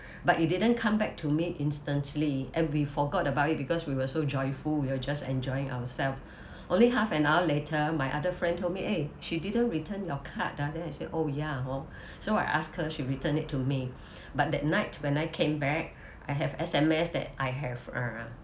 but it didn't come back to me instantly and we forgot about it because we were so joyful we were just enjoying ourselves only half an hour later my other friend told me eh she didn't return your card ah then I say oh ya hor so I ask her she returned it to me but that night when I came back I have S_M_S that I have uh